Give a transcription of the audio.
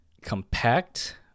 compact